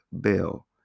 Bill